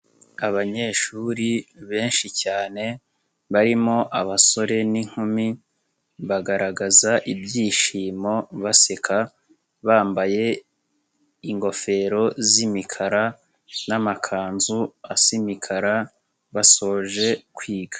Abanyeshuri benshi cyane, barimo abasore n'inkumi bagaragaza ibyishimo baseka, bambaye ingofero z'imikara n'amakanzu asa imikara basoje kwiga.